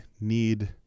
need